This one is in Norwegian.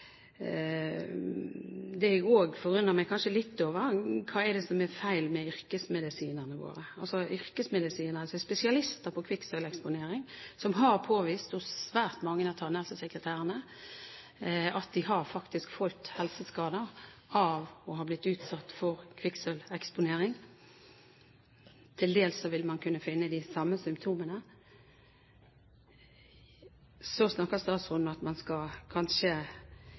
Det jeg også kanskje forundrer meg litt over, er hva det er som er så feil ved yrkesmedisinerne våre, yrkesmedisinere som er spesialister på kvikksølveksponering, og som har påvist hos svært mange av tannhelsesekretærene at de faktisk har fått helseskader av å ha blitt utsatt for kvikksølveksponering. Til dels vil man kunne finne de samme symptomene. Så snakker statsråden om at man kanskje skal